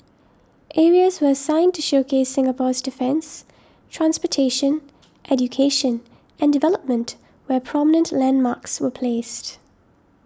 areas was assigned to showcase Singapore's defence transportation education and development where prominent landmarks were placed